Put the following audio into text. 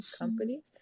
companies